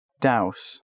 Douse